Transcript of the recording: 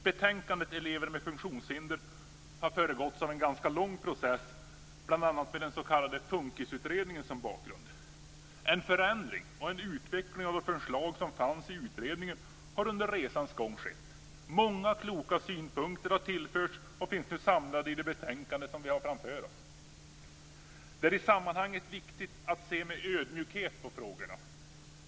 Betänkandet Elever med funktionshinder har föregåtts av en ganska lång process, bl.a. med FUNKIS utredningen som bakgrund. En förändring och en utveckling av de förslag som fanns i utredningen har under resans gång skett. Många kloka synpunkter har tillförts, och de finns nu samlade i det betänkande som vi har framför oss. Det är i sammanhanget viktigt att se med ödmjukhet på frågorna.